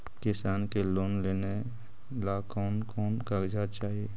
किसान के लोन लेने ला कोन कोन कागजात चाही?